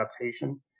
adaptation